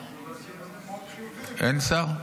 אין שר?